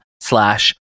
slash